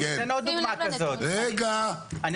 אני